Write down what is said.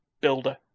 builder